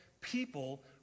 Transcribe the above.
people